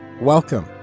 Welcome